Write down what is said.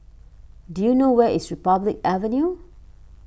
do you know where is Republic Avenue